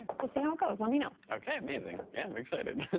we'll see how it goes. let me know. okay, amazing. yeah, i'm excited.